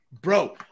Bro